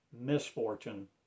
misfortune